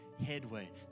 headway